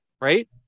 right